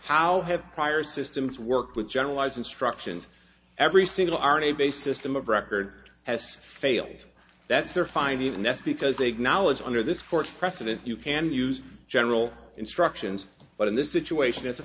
how have prior systems worked with generalized instructions every single army based system of record has failed that's their find even that's because they've knowledge under this court's precedent you can use general instructions but in this situation it's a